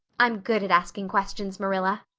i'm good at asking questions, marilla.